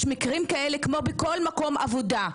יש מקרים אלה כמו בכל מקום עבודה,